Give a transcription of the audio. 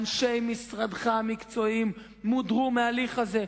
אנשי משרדך המקצועיים מודרו מההליך הזה.